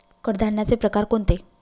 कडधान्याचे प्रकार कोणते?